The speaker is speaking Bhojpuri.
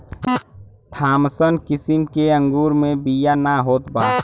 थामसन किसिम के अंगूर मे बिया ना होत बा